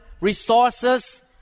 resources